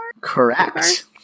Correct